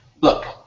Look